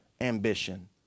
ambition